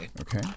Okay